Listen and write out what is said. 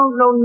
no